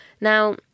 Now